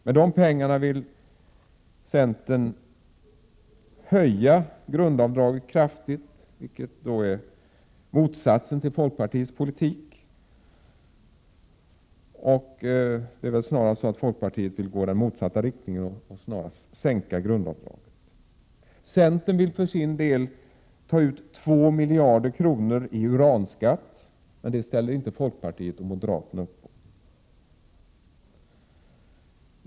Med de pengarna vill centern kraftigt höja grundavdraget, vilket väl snarast innebär motsatsen till folkpartiets politik, där man vill gå i motsatt riktning och snarast sänka grundavdraget. Centern vill för sin del ta ut 2 miljarder i uranskatt, men det ställer inte folkpartiet och moderaterna upp på.